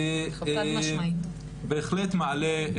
זה בהחלט מעלה,